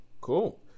Cool